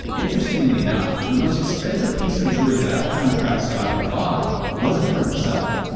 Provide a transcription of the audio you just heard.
interestingly enough, the most expensive piece of jewelry that i found travis scott had bought wasn't for himself.